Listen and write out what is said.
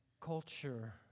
Culture